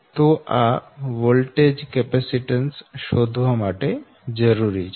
તો આ voltage capacitance શોધવા માટે જરૂરી છે